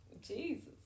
Jesus